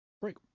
break